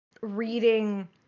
reading